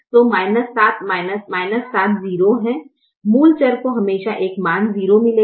तो 7 0 है मूल चर को हमेशा एक मान 0 मिलेगा